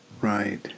Right